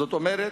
זאת אומרת,